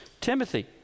Timothy